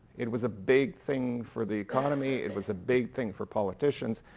it was a big thing for the economy. it was a big thing for politicians.